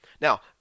Now